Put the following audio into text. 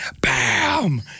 BAM